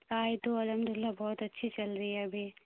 پڑھائی تو الحمد للہ بہت اچھی چل رہی ہے ابھی